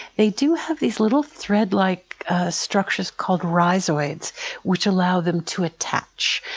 they do have these little threadlike structures called rhizoids which allow them to attach,